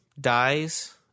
dies